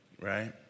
right